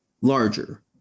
larger